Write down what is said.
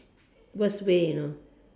worst way you know